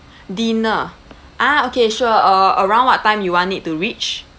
dinner ah okay sure uh around what time you want it to reach